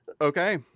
Okay